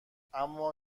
اما